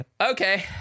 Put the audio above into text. Okay